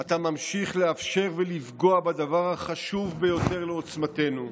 אתה ממשיך לאפשר ולפגוע בדבר החשוב ביותר לעוצמתנו,